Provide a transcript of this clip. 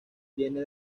viene